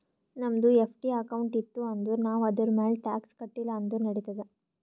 ನಮ್ದು FD account ಇತ್ತು ಅಂದುರ್ ನಾವ್ ಅದುರ್ಮ್ಯಾಲ್ ಟ್ಯಾಕ್ಸ್ ಕಟ್ಟಿಲ ಅಂದುರ್ ನಡಿತ್ತಾದ್